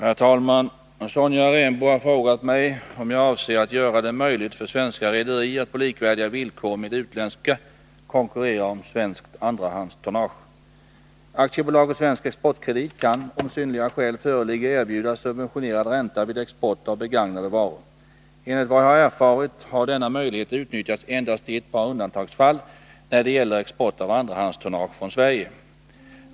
Herr talman! Sonja Rembo har frågat mig om jag avser att göra det möjligt för svenska rederier att på likvärdiga villkor med utländska konkurrera om svenskt andrahandstonnage. Aktiebolaget Svensk Exportkredit kan, om synnerliga skäl föreligger, erbjuda subventionerad ränta vid export av begagnade varor. Enligt vad jag erfarit har denna möjlighet utnyttjats endast i ett par undantagsfall när det gäller export av andrahandstonnage från Sverige.